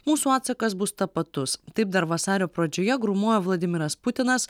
mūsų atsakas bus tapatus taip dar vasario pradžioje grūmojo vladimiras putinas